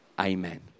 Amen